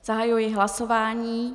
Zahajuji hlasování.